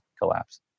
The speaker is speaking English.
collapse